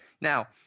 now